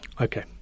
Okay